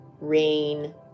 Rain